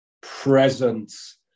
presence